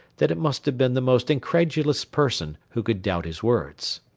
that it must have been the most incredulous person who could doubt his words.